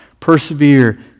Persevere